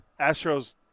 Astros